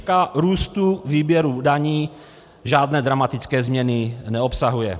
Křivka růstu výběru daní žádné dramatické změny neobsahuje.